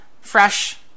fresh